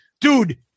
Dude